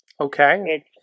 Okay